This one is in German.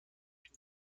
tun